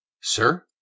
Sir